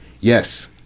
yes